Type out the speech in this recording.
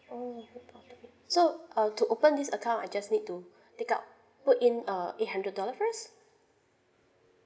oo so uh to open this account I just need to take out put in uh eight hundred dollar first